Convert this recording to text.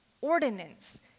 Ordinance